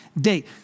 date